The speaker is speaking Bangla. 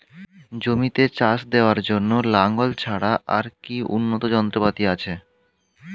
জমিতে চাষ দেওয়ার জন্য লাঙ্গল ছাড়া আর কি উন্নত যন্ত্রপাতি আছে?